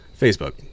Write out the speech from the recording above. facebook